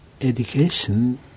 education